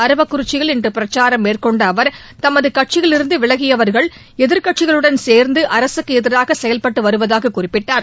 அரவக்குறிச்சில் இன்று பிரச்சாரம் மேற்கொண்ட அவா் தமது கட்சியிலிருந்து விலகியவர்கள் எதிர்க்கட்சிகளுடன் சேர்ந்து அரசுக்கு எதிராக செயல்பட்டு வருவதாகக் குறிப்பிட்டார்